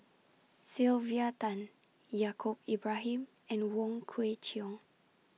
Sylvia Tan Yaacob Ibrahim and Wong Kwei Cheong